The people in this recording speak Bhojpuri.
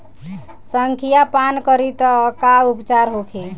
संखिया पान करी त का उपचार होखे?